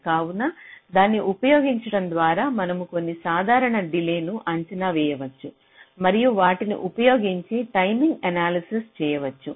కావున దాన్ని ఉపయోగించడం ద్వారా మనము కొన్ని సాధారణ డిలేను అంచనా వేయవచ్చు మరియు వాటిని ఉపయోగించి టైమింగ్ ఎనాలసిస్ చేయవచ్చు